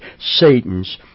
Satan's